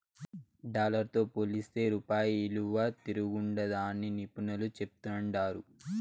dollar తో పోలిస్తే రూపాయి ఇలువ తిరంగుండాదని నిపునులు చెప్తాండారు